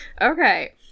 Okay